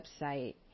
website